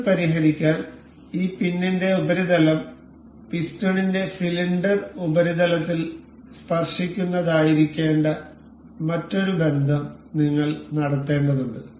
ഇത് പരിഹരിക്കാൻ ഈ പിന്നിന്റെ ഉപരിതലം പിസ്റ്റണിന്റെ സിലിണ്ടർ ഉപരിതലത്തിൽ സ്പർശിക്കുന്നതായിരിക്കേണ്ട മറ്റൊരു ബന്ധം നിങ്ങൾ നടത്തേണ്ടതുണ്ട്